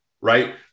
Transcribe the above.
Right